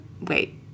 wait